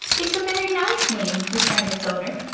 it's a very nice name, returned its owner.